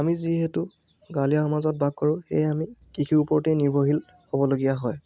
আমি যিহেতু গাঁৱলীয়া সমাজত বাস কৰোঁ সেয়ে আমি কৃষিৰ ওপৰতে নিৰ্ভৰশীল হ'বলগীয়া হয়